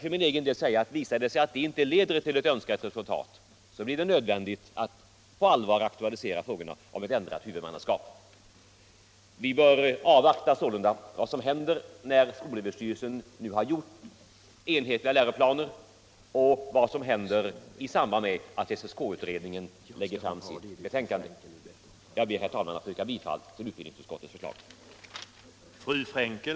Men jag vill gärna säga att visar det sig att de inte leder till önskat resultat, blir det nödvändigt att på allvar aktualisera frågan om ett ändrat huvudmannaskap. Vi bör sålunda avvakta vad som händer när skolöverstyrelsen nu har skapat enhetliga läroplaner och vad som sker i samband med att SSK utredningen lägger fram sitt betänkande. Jag ber, herr talman, att få yrka bifall till utbildningsutskottets hemställan.